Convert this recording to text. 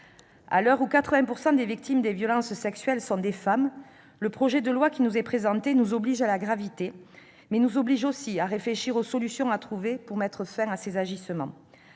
À l'heure où 80 % des victimes des violences sexuelles sont des femmes, le projet de loi qui nous est présenté nous oblige à la gravité et nous conduit à réfléchir aux solutions à trouver pour mettre fin à ces agissements.